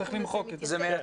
צריך למחוק את זה.